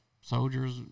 soldiers